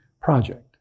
project